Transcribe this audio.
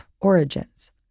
Origins